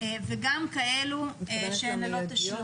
וגם כאלה שהן ללא תשלום.